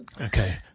okay